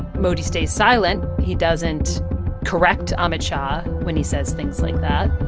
modi stays silent. he doesn't correct amit shah when he says things like that